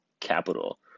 Capital